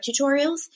tutorials